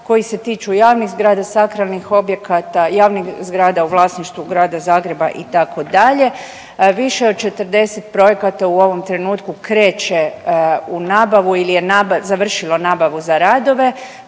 koji se tiču javnih zgrada, sakralnih objekata, javnih zgrada u vlasništvu Grada Zagreba itd.. Više od 40 projekata u ovom trenutku kreće u nabavu ili je završilo nabavu za radove.